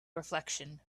reflection